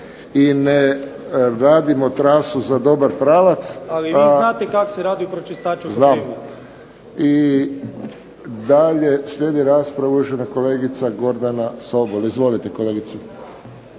i ne radimo trasu za dobar pravac. … /Upadica se ne razumije./… Znam. I dalje slijedi rasprava uvažene kolegice Gordane Sobol. Izvolite, kolegice.